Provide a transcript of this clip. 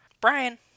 Brian